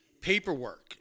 paperwork